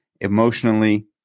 emotionally